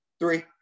Three